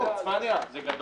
זה גדול.